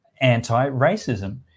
anti-racism